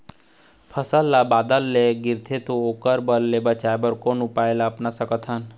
फसल ला बादर ले गिरथे ओ बरफ ले बचाए बर कोन उपाय ला अपना सकथन?